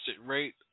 rate